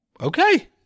okay